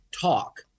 talk